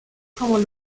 como